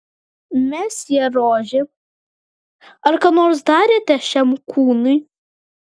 mesjė rožė ar ką nors darėte šiam kūnui